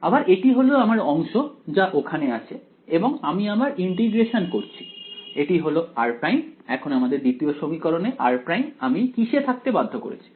আবার এটি হলো আমার অংশ যা ওখানে আছে এবং আমি আমার ইন্টিগ্রেশন করছি এটি হলো r' এখন আমাদের দ্বিতীয় সমীকরণে r' আমি কিসে থাকতে বাধ্য করেছি